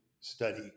study